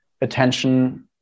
attention